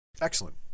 Excellent